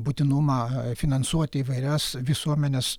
būtinumą finansuoti įvairias visuomenės